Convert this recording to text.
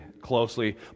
closely